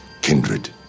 kindred